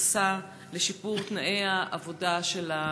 לשיפור תנאי העבודה של המתמחים?